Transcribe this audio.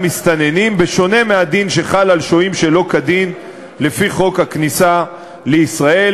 שונה מהדין החל על שוהים שלא כדין לפי חוק הכניסה לישראל,